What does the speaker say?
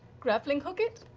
grappling-hook it,